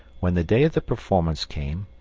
when the day of the performance came,